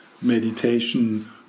meditation